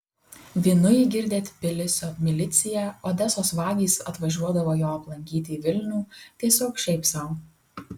vynu jį girdė tbilisio milicija odesos vagys atvažiuodavo jo aplankyti į vilnių tiesiog šiaip sau